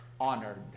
honored